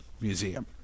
Museum